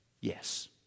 Yes